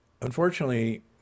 Unfortunately